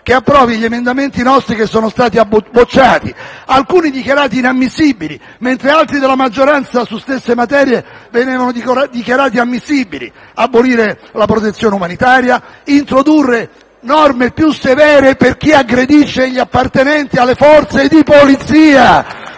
che approvi i nostri emendamenti che sono stati bocciati; alcuni sono stati dichiarati inammissibili, mentre altri della maggioranza, sulle stesse materie, venivano dichiarati ammissibili: abolire la protezione umanitaria e introdurre norme più severe per chi aggredisce gli appartenenti alle Forze di polizia.